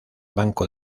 banco